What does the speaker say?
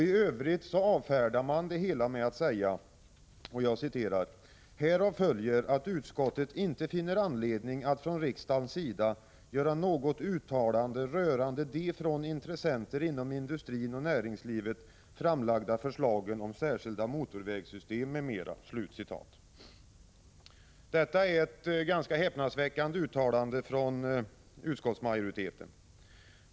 I övrigt avfärdar man det hela med att säga: ”Härav följer att utskottet inte finner anledning att från riksdagens sida göra något uttalande rörande de från intressenter inom industrin och näringslivet framlagda förslagen om särskilda motorvägssystem m.m.” Detta är ett häpnadsväckande uttalande av utskottsmajoriteten.